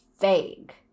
vague